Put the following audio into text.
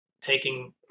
taking